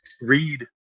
read